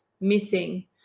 missing